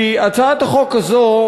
כי הצעת החוק הזאת,